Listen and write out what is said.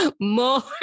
more